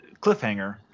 cliffhanger